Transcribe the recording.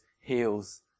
heals